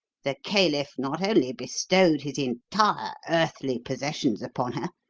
the caliph not only bestowed his entire earthly possessions upon her,